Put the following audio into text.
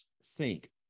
Sink